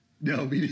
No